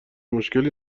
مشکلی